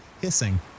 Hissing